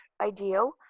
ideal